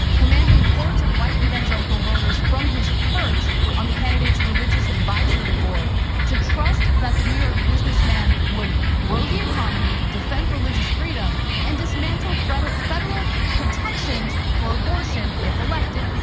commanding hordes of white evangelical voters from his perch on the candidate's religious advisory board to trust that the new york businessman would grow the economy, defend religious freedom, and dismantle federal protections for abortion, if elected.